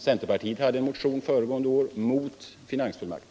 Centerpartiet hade föregående år en motion där man gick emot finansfullmakten.